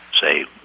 say